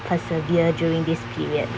persevere during this period